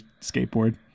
skateboard